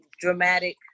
dramatic